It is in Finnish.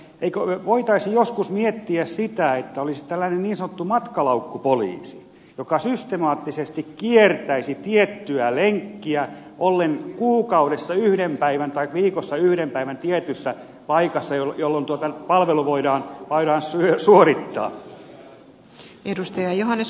eikö voitaisi joskus miettiä sitä että olisi tällainen niin sanottu matkalaukkupoliisi joka systemaattisesti kiertäisi tiettyä lenkkiä ollen kuukaudessa yhden päivän tai viikossa yhden päivän tietyssä paikassa jolloin palvelu voidaan suorittaa